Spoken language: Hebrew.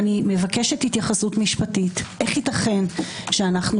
אני מבקשת התייחסות משפטית איך ייתכן שאנחנו